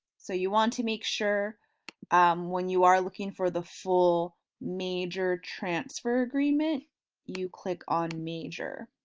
so you want to make sure when you are looking for the full major transfer agreement you click on major.